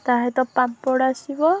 ତା'ସହିତ ପାମ୍ପଡ଼ ଆସିବ